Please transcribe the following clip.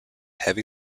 heavy